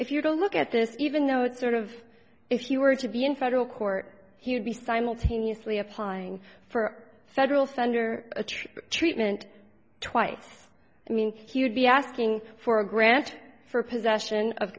if you don't look at this even though it's sort of if you were to be in federal court he would be simultaneously applying for federal fender atrip treatment twice i mean he would be asking for a grant for possession of